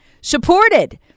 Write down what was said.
supported